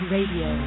Radio